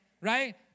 Right